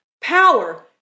power